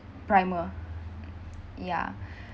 primer ya